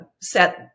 set